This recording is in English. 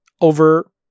over